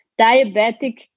diabetic